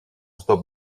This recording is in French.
stop